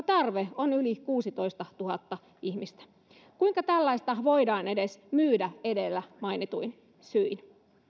tarve on yli kuusitoistatuhatta ihmistä kuinka tällaista voidaan edes myydä edellä mainituin syin